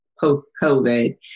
post-COVID